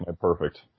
perfect